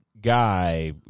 guy